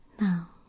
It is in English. Now